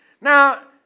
Now